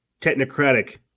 technocratic